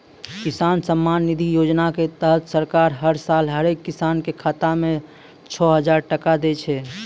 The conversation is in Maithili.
किसान सम्मान निधि योजना के तहत सरकार हर साल हरेक किसान कॅ खाता मॅ छो हजार टका दै छै